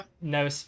no